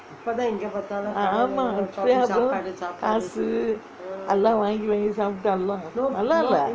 ஆமா காசு எல்லாம் வாங்கி வாங்கி சாப்பிட்டு எல்லாம் நல்லாலே:aammaa kaasu ellam vaanggi vaanggi saapittu nallaalae